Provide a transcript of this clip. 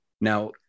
Now